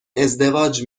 ازدواج